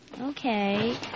Okay